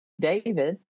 David